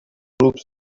troops